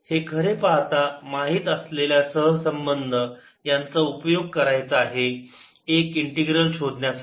हे खरे पाहता माहित असलेल्या सहसंबंध यांचा उपयोग करायचा आहे एक इंटीग्रल शोधण्यासाठी